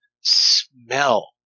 smell